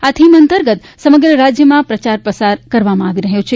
આ થીમ અંતર્ગત સમગ્ર રાજ્યમાં પ્રચાર પ્રસાર કરવામાં આવી રહ્યો છે